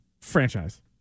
Franchise